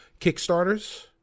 Kickstarters